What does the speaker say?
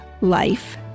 life